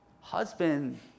Husband